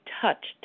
touched